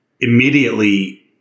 immediately